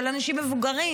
של אנשים מבוגרים,